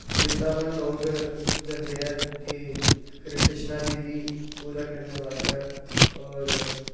बरिंदाबन लोग जंदे ऐं कि कृष्णा जी दी पूजा करने बास्तै होर